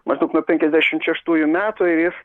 maždaug nuo penkiasdešimt šeštųjų metų ir jis